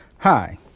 Hi